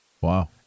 Wow